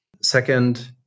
Second